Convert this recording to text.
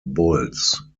bulls